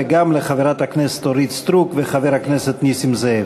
וגם לחברת הכנסת אורית סטרוק וחבר הכנסת נסים זאב.